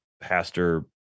pastor